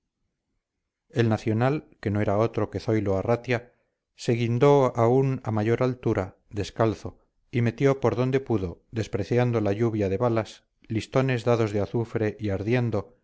el nacional que no era otro que zoilo arratia se guindó aún a mayor altura descalzo y metió por donde pudo despreciando la lluvia de balas listones dados de azufre y ardiendo